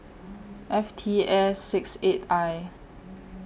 F T S six eight I